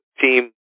team